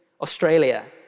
Australia